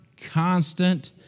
constant